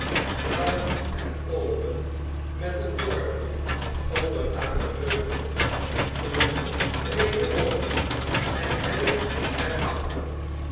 ruim en open met een dorpje onder aan den heuvel eene breede bocht en helling